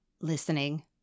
listening